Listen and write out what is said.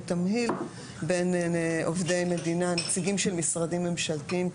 תמהיל בין עובדי מדינה נציגים של משרדים ממשלתיים,